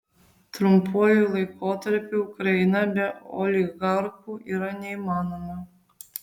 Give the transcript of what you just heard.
trumpuoju laikotarpiu ukraina be oligarchų yra neįmanoma